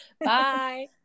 Bye